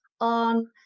on